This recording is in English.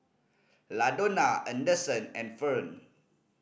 Ladonna Anderson and Fern